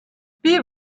wie